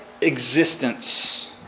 existence